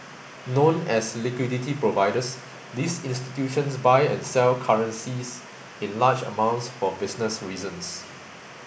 known as liquidity providers these institutions buy and sell currencies in large amounts for business reasons